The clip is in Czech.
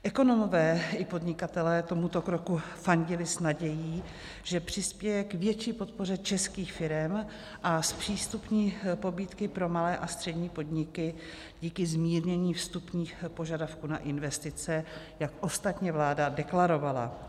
Ekonomové i podnikatelé tomuto kroku fandili s nadějí, že přispěje k větší podpoře českých firem a zpřístupní pobídky pro malé a střední podniky díky zmírnění vstupních požadavků na investice, jak ostatně vláda deklarovala.